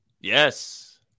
Yes